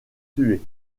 tuer